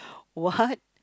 what